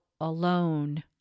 alone